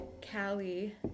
Cali